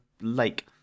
lake